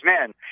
men